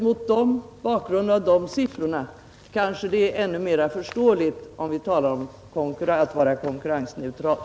Mot bakgrunden av dessa siffror kanske det förefaller ännu mer förståeligt att vi talar om att byggnadsforskningsavgiften bör vara konkurrensneutral.